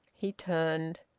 he turned.